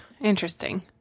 interesting